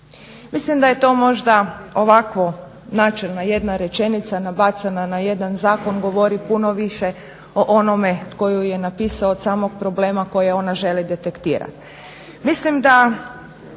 Mislim da je to možda ovako načelna jedna rečenica nabacana na jedan zakon govori puno više o onome tko ju je napisao od samog problema koje ona želi detektirati.